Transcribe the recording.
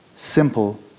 simple,